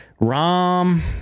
Rom